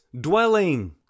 dwelling